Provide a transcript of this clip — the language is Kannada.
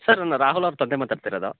ಸರ್ ನಾನು ರಾಹುಲ್ ಅವ್ರ ತಂದೆ ಮಾತಾಡ್ತಿರೋದು